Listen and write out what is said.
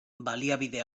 baliabide